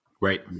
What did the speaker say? Right